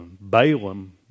Balaam